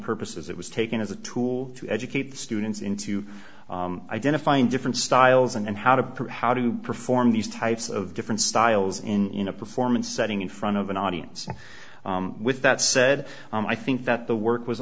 purposes it was taken as a tool to educate students into identifying different styles and how to perhaps to perform these types of different styles in a performance setting in front of an audience with that said i think that the work was